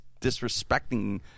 disrespecting